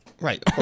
Right